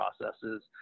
processes